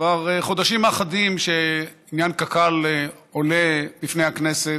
כבר חודשים אחדים שעניין קק"ל עולה בפני הכנסת,